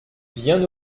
bien